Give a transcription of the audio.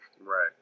Right